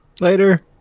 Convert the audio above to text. Later